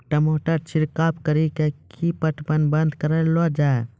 टमाटर छिड़काव कड़ी क्या पटवन बंद करऽ लो जाए?